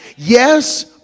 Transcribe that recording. Yes